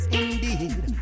indeed